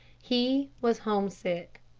he was homesick.